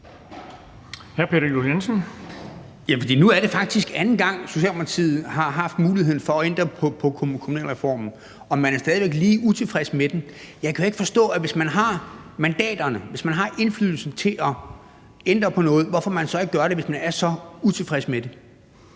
Nu er det faktisk anden gang, Socialdemokratiet har haft muligheden for at ændre på kommunalreformen, og man er stadig lige utilfreds med den. Jeg kan jo ikke forstå, at hvis man har mandaterne, hvis man har indflydelsen til at ændre på noget, hvorfor man så ikke gør det, hvis man er så utilfreds med det.